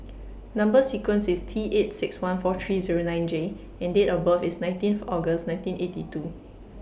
Number sequence IS T eight six one four three Zero nine J and Date of birth IS nineteen August nineteen eighty two